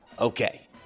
Okay